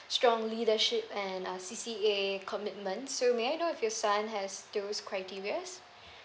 strong leadership and uh C_C_A commitment so may I know if your son has those criteria